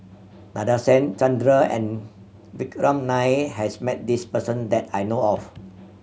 Nadasen Chandra and Vikram Nair has met this person that I know of